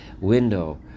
window